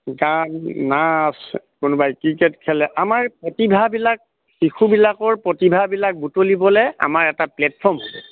গান নাচ কোনোবাই ক্ৰিকেট খেলে আমাৰ প্ৰতিভাবিলাক শিশুবিলাকৰ প্ৰতিভাবিলাক বুটলিবলে আমাৰ এটা প্লেটফৰ্ম